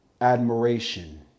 admiration